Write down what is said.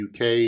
UK